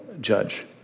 judge